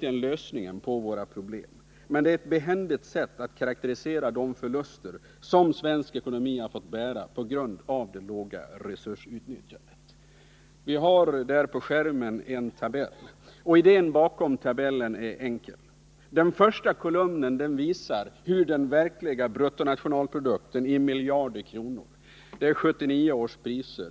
en lösning på våra problem; men det är ett behändigt sätt att karakterisera de förluster som svensk ekonomi fått bära på grund av ett lågt resursutnyttjande. På kammarens bildskärm visas just nu en tabell. Idén bakom tabellen är enkel. Den första kolumnen i tabellen visar den verkliga bruttonationalprodukten i miljarder kronor, i 1979 års priser.